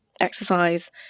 exercise